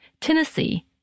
Tennessee